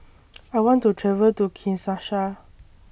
I want to travel to Kinshasa